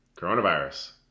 Coronavirus